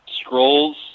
scrolls